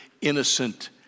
innocent